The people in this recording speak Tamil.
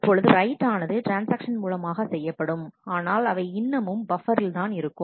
இப்பொழுது ரைட் ஆனது ட்ரான்ஸ்ஆக்ஷன் மூலமாக செய்யப்படும் ஆனால் அவை இன்னமும் பப்பரில் தான் இருக்கும்